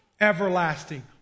everlasting